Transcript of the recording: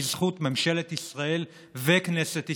בזכות ממשלת ישראל וכנסת ישראל,